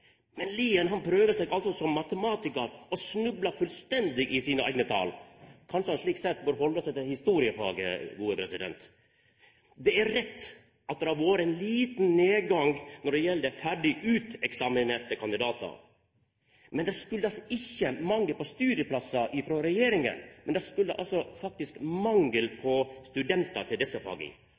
Men Lien prøvar seg altså som matematikar og snublar fullstendig i sine eigne tal. Kanskje han slik sett bør halda seg til historiefaget. Det er rett at det har vore ein liten nedgang når det gjeld ferdig uteksaminerte kandidatar. Det kjem ikkje av mangel på studieplassar frå regjeringa, men mangel på studentar til desse faga.